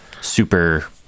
super